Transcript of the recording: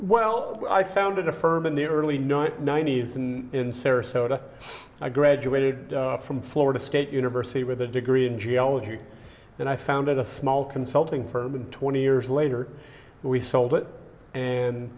well i founded a firm in the early ninety's ninety's in sarasota i graduated from florida state university with a degree in geology and i founded a small consulting firm and twenty years later we sold it and